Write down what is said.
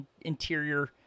interior